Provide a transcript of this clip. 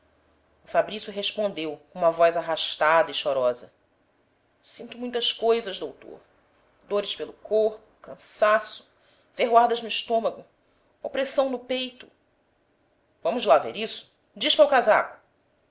o fabrício respondeu com uma voz arrastada e chorosa sinto muitas coisas doutor dores pelo corpo cansaço ferroadas no estômago opressão no peito vamos lá ver isso dispa o casaco